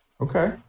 Okay